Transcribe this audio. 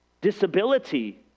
disability